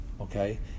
okay